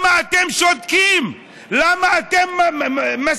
למה אתם שותקים?